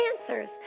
answers